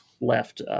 left